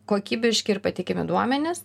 kokybiški ir patikimi duomenys